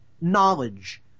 knowledge